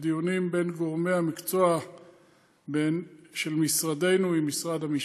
ודיונים בין גורמי המקצוע במשרד המשפטים.